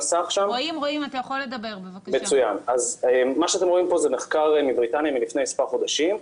מה שאתם רואים פה זה מחקר מבריטניה מלפני מספר חודשים,